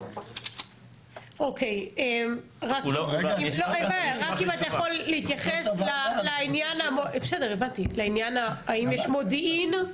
רק אם אתה יכול להתייחס לעניין האם יש מודיעין?